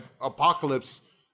apocalypse